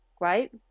right